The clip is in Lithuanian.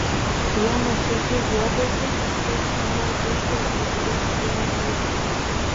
jie nuoširdžiai guodėsi kaip sunku auginti ir prižiūrėti vieną kiaulę